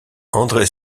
andré